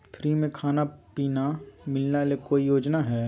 Free में खाना पानी मिलना ले कोइ योजना हय?